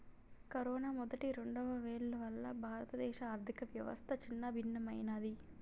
corona మొదటి, రెండవ వేవ్ల వల్ల భారతదేశ ఆర్ధికవ్యవస్థ చిన్నాభిన్నమయ్యినాది